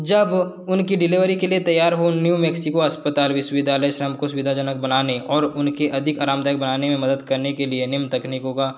जब उनकी डिलिवरी के लिए तैयार हो न्यू मेक्सिको अस्पताल विश्वविद्यालय श्रम को सुविधाजनक बनाने और उनके अधिक आरामदायक बनाने में मदद करने के लिए निम्न तकनीकों का